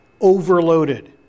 overloaded